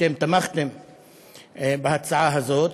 אתם תמכתם בהצעה הזאת,